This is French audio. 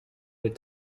est